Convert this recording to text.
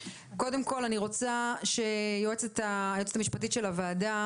קודם כל אני רוצה שהיועצת המשפטית של הוועדה